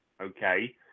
okay